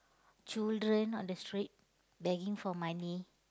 children on the street begging for money